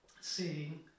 seeing